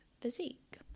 physique